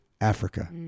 Africa